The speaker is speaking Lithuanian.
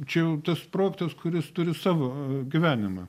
čia jau tas projektas kuris turi savo gyvenimą